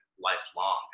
lifelong